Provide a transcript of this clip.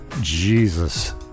Jesus